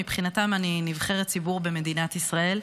מבחינתם אני נבחרת ציבור במדינת ישראל.